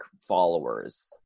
followers